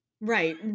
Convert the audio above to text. right